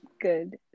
good